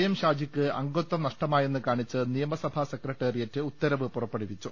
M ഷാജിയ്ക്ക് അംഗത്വം നഷ്ടമായെന്ന് കാണിച്ച് നിയമസഭാ സെക്രട്ടേറിയറ്റ് ഉത്തരവ് പുറപ്പെടുവിച്ചു